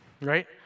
right